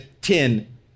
ten